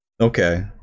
Okay